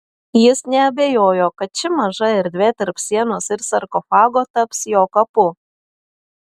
jis neabejojo kad ši maža erdvė tarp sienos ir sarkofago taps jo kapu